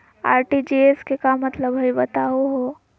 RTGS के का मतलब हई, बताहु हो?